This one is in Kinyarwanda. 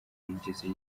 yigeze